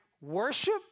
worship